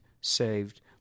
saved